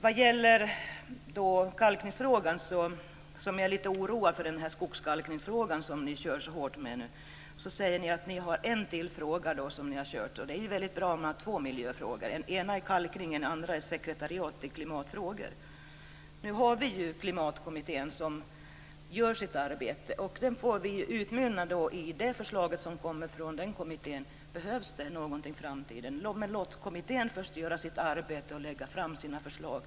Jag är lite oroad för skogskalkningsfrågan som ni driver så hårt. Ni säger att det är ytterligare en fråga som ni har drivit, och det är ju väldigt bra om man har två miljöfrågor som man driver. Den ena är kalkningen och den andra gäller inrättandet av ett sekretariat i klimatfrågor. Nu finns det ju en kommitté som arbetar - Klimatkommittén - och sedan får vi se vad dess förslag utmynnar i, vad som behövs i framtiden. Men låt kommittén först göra sitt arbete och lägga fram sina förslag.